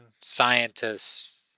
scientists